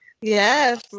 Yes